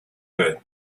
good